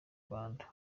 rwanda